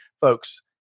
folks